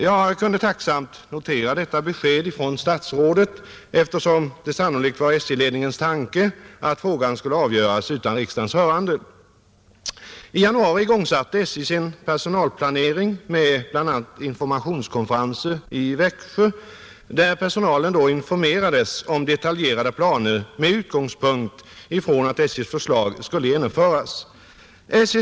Jag kunde tacksamt notera detta besked från statsrådet, eftersom det sannolikt var SJ-ledningens tanke att frågan skulle avgöras utan riksdagens hörande. I januari igångsatte SJ sin personalplanering med bl.a. informationskonferenser i Växjö, där personalen då informerades om detaljerade planer med utgångspunkt från att SJ:s förslag skulle genomföras.